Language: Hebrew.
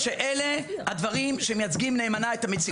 שאלה הדברים שמייצגים נאמנה את המציאות.